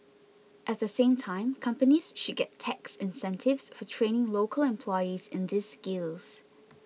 at the same time companies should get tax incentives for training local employees in these skills